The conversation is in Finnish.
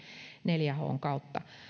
neljä h n kautta